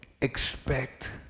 expect